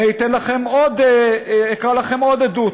אני אקרא לכם עוד עדות.